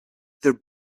their